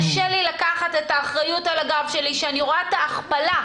קשה לי לקחת את האחרית על הגב שלי כשאני רואה את ההכפלה.